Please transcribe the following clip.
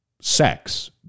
sex